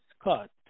Scott